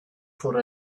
for